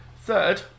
Third